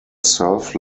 surf